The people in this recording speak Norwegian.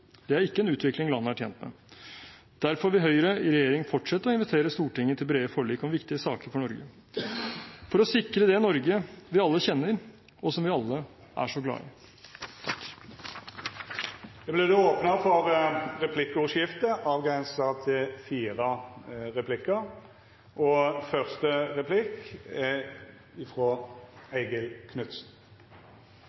Det er ikke en utvikling landet er tjent med. Derfor vil Høyre i regjering fortsette å invitere Stortinget til brede forlik om viktige saker for Norge – for å sikre det Norge vi alle kjenner, og som vi alle er så glad i. Det vert replikkordskifte. Jeg har lyst til å starte med å gratulere både presidenten og